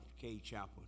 K-Chapel